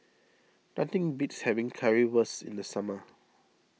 nothing beats having Currywurst in the summer